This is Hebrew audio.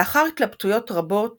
לאחר התלבטויות רבות